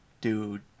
Dude